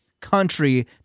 country